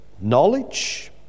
knowledge